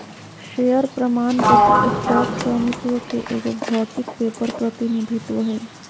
share प्रमाण पत्र stock स्वामित्व के एगो भौतिक पेपर प्रतिनिधित्व हइ